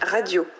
Radio